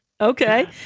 Okay